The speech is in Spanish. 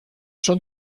son